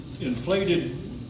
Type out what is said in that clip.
inflated